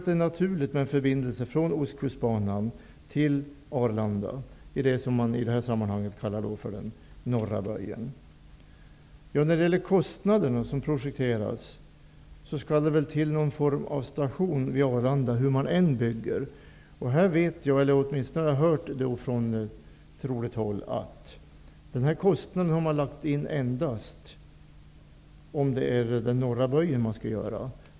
Det är naturligt med en förbindelse från Ostkustbanan till Arlanda -- det som man i detta sammanhang kallar för norra böjen. När det gäller de projekterade kostnaderna måste det hur man än bygger byggas en station vid Arlanda. Här har jag hört från trovärdigt håll att denna kostnad endast lagts till om man skall bygga den norra böjen.